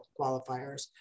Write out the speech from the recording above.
qualifiers